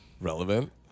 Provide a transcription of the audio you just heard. relevant